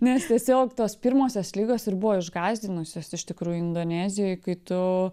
nes tiesiog tos pirmosios ligos ir buvo išgąsdinusios iš tikrųjų indonezijoj kai tu